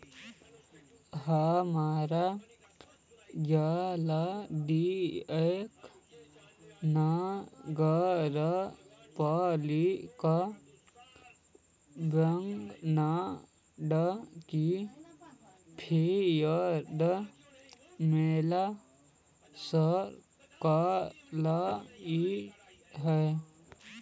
हमरा जल्दीए नगरपालिका बॉन्ड के फयदा मिल सकलई हे